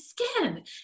skin